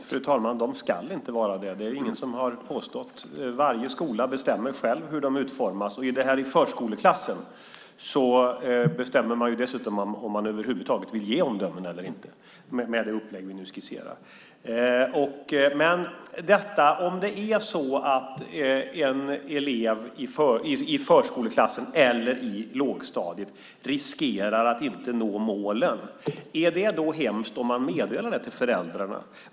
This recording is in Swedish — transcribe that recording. Fru talman! De ska inte vara det. Det är ingen som har påstått det. Varje skola bestämmer själv hur de utformas. För förskoleklassen bestämmer man själv om man över huvud taget vill ge omdömen eller inte med den uppläggning Mats Pertoft skisserar. Om det är så att en elev i förskoleklassen eller i lågstadiet riskerar att inte nå målen, är det då hemskt om man meddelar detta till föräldrarna?